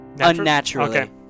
Unnaturally